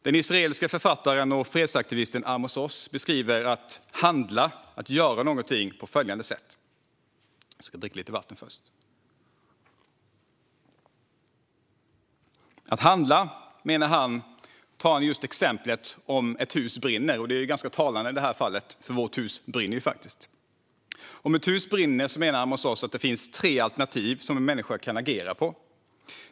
Den israeliska författaren och fredsaktivisten Amos Oz beskriver handling - att göra någonting. Han tar ett exempel: att ett hus brinner. Det är ganska talande i detta fall, för vårt hus brinner. Om ett hus brinner menar Amos Oz att en människa kan agera på tre sätt.